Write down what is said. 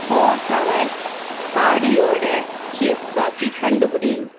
four hour பாடியோட chief coffee கண்டுபிடி